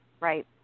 Right